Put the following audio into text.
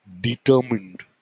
determined